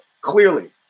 clearly